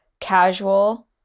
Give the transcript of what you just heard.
casual